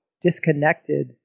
disconnected